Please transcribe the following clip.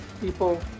people